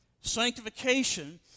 Sanctification